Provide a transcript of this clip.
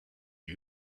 you